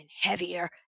heavier